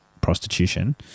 prostitution